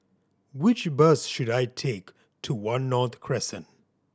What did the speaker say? which bus should I take to One North Crescent